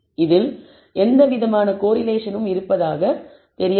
இதில் எந்தவிதமான கோரிலேஷன் இருப்பதாக தெரியவில்லை